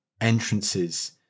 entrances